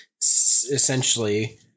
essentially